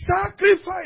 sacrifice